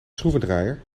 schroevendraaier